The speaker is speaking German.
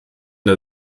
der